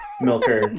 milker